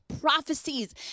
prophecies